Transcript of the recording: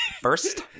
First